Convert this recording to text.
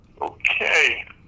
Okay